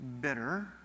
bitter